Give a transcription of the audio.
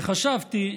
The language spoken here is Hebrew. וחשבתי: